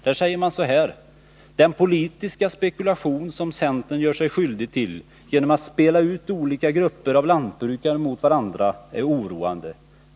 Där säger man nämligen så här: ”Den politiska spekulation som centern gör sig skyldig till genom att spela ut olika grupper av lantbrukare mot varandra är oroande.